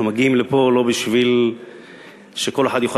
אנחנו מגיעים לפה לא בשביל שכל אחד יוכל